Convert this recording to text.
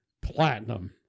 platinum